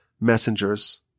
messengers